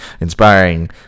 inspiring